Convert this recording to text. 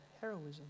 heroism